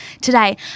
today